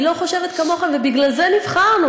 היא לא חושבת כמוכם, ובגלל זה נבחרנו.